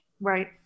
Right